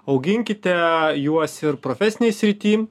auginkite juos ir profesinėj srity